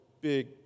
big